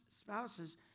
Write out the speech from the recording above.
spouses